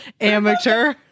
Amateur